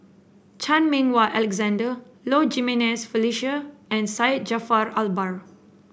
Chan Meng Wah Alexander Low Jimenez Felicia and Syed Jaafar Albar